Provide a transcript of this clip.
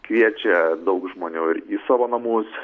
kviečia daug žmonių ir į savo namus